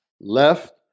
left